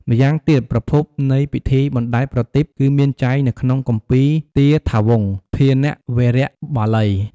ម្យ៉ាងទៀត ប្រភពនៃពិធីបណ្ដែតប្រទីប គឺមានចែងនៅក្នុងគម្ពីរទាថាវង្ស ភាណវារៈបាលី។